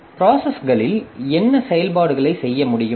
ப்ராசஸ்களில் என்ன செயல்பாடுகளை செய்ய முடியும்